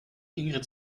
ingrid